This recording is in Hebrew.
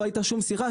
לא הייתה שום שיחה,